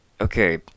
Okay